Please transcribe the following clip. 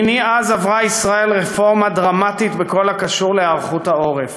מני אז עברה ישראל רפורמה דרמטית בכל הקשור להיערכות העורף.